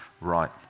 right